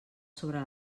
sobre